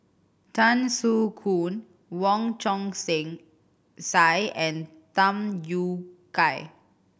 Tan Soo Khoon Wong Chong Same Sai and Tham Yui Kai